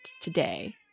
today